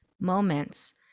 moments